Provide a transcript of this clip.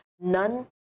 None